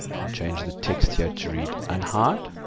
and change the text here to read unhide.